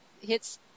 hits